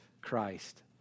Christ